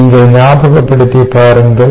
நீங்கள் ஞாபகப் படுத்திப் பாருங்கள்